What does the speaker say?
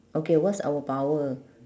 okay what's our power